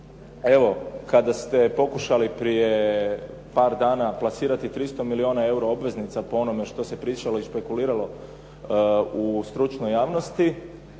Evo kada ste pokušali prije par dana plasirati 300 milijuna eura obveznica po onome što se pričalo i špekulirao u stručnoj javnosti,